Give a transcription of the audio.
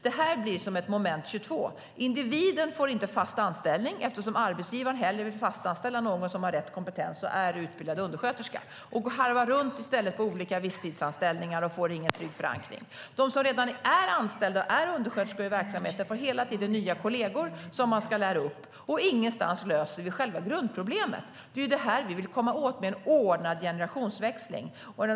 Detta blir som ett moment 22: Individen får inte fast anställning eftersom arbetsgivaren hellre vill fastanställa någon som har rätt kompetens och är utbildad undersköterska. I stället får individen harva runt på olika visstidsanställningar och får ingen trygg förankring.De som redan är anställda och är undersköterskor i verksamheten får hela tiden nya kolleger som ska läras upp, och ingenstans löser man själva grundproblemen. Det är ju det som vi vill komma åt med en ordnad generationsväxling.